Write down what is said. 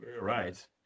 Right